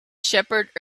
shepherd